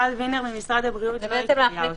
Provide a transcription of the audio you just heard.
טל וינר ממשרד הבריאות לא קראה אותו.